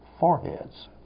foreheads